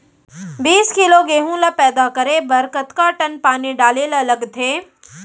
बीस किलोग्राम गेहूँ ल पैदा करे बर कतका टन पानी डाले ल लगथे?